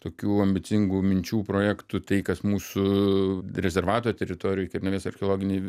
tokių ambicingų minčių projektų tai kas mūsų rezervato teritorijoj kernavės archeologinėj